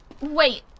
Wait